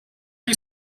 you